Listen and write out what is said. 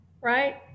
right